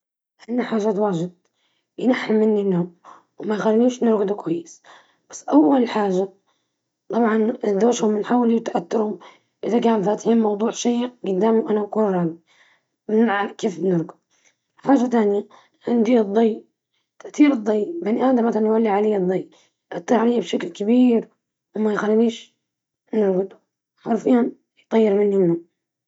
الضوضاء العالية مثل صوت الطائرات أو الشاحنات تمر بالقرب من المنزل، وأيضًا أصوات الأطفال العالية تُزعجني وتُصعب عليّ النوم.